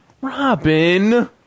Robin